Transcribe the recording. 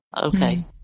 okay